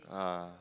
uh